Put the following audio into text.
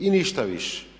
I ništa više.